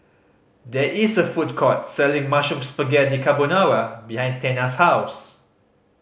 there is a food court selling Mushroom Spaghetti Carbonara behind Tana's house